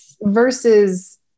versus